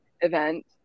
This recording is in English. event